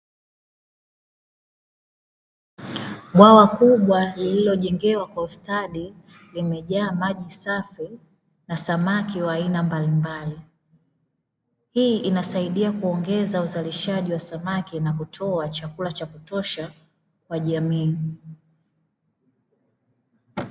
Bwawa kubwa lililojengewa kwa ustadi, limejaa maji safi na samaki wa aina mbalimbali, hii inasaidia kuongeza uzalishaji wa samaki na kutoa chakula cha kutosha kwa jamii.